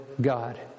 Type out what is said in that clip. God